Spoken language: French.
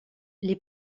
les